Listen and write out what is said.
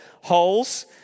holes